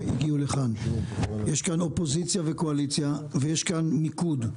יש כאן אופוזיציה וקואליציה ויש כאן מיקוד.